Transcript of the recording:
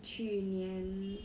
去年